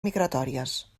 migratòries